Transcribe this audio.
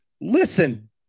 Listen